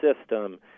system